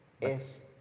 es